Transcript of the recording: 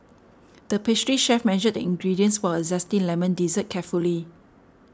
the pastry chef measured the ingredients for a Zesty Lemon Dessert carefully